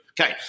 Okay